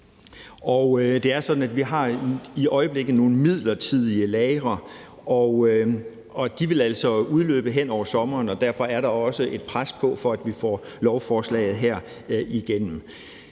at vi i øjeblikket har nogle midlertidige lagre, og de vil altså udløbe hen over sommeren. Derfor er der også et pres på for at få lovforslaget her igennem.